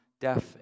deaf